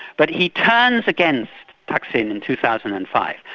but he turns against thaksin in two thousand and five,